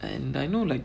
and I know like